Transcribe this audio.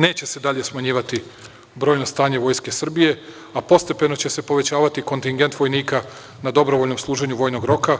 Neće se dalje smanjivati brojno stanje Vojske Srbije, a postepeno će se povećavati kontigent vojnika na dobrovoljnom služenju vojnog roka,